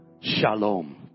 Shalom